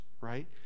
right